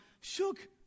shook